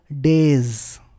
days